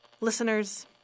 Listeners